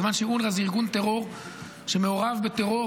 כיוון שאונר"א הוא ארגון טרור שמעורב בטרור,